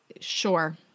sure